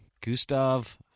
Gustav